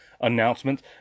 announcements